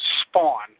spawn